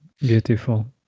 beautiful